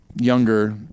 younger